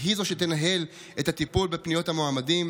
והיא זו שתנהל את הטיפול בפניות המועמדים.